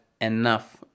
enough